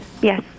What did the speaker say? Yes